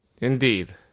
indeed